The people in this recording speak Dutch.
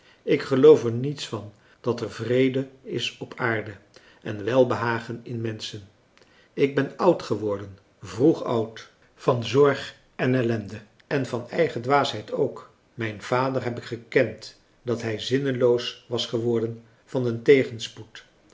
ik geloof er niets van dat er vrede is op aarde en welbehagen in menschen ik ben oud geworden vroeg oud van zorg en ellende en van eigen dwaasheid ook mijn vader heb ik gekend dat hij zinneloos was geworden van den tegenspoed